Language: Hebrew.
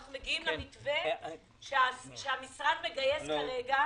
אנחנו מגיעים למתווה שהמשרד מגייס כרגע